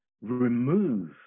remove